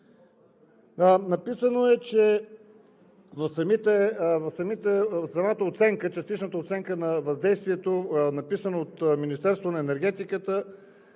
Написано е, че в самата частична оценка на въздействието, написано от Министерството на енергетиката,